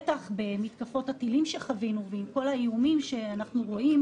בטח במתקפות הטילים שחווינו ועם כל האיומים שאנחנו רואים,